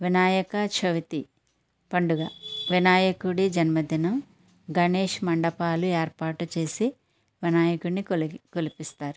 వినాయక చవితి పండుగ వినాయకుడి జన్మదినం గణేష్ మండపాలు ఏర్పాటు చేసి వినాయకుడిని కొలి కొలిపిస్తారు